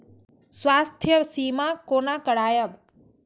स्वास्थ्य सीमा कोना करायब?